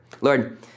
Lord